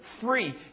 free